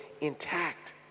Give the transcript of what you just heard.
intact